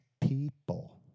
people